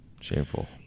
Shameful